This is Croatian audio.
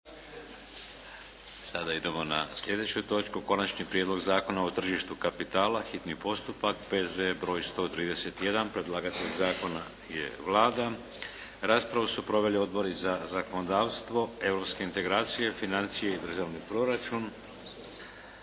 Sada idemo na slijedeću točku - Konačni prijedlog zakona o tržištu kapitala, hitni postupak, prvo i drugo čitanje, P.Z.E. br. 131 Predlagatelj zakona je Vlada. Raspravu su proveli Odbori za zakonodavstvo, europske integracije, financije i državni proračun.